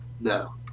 No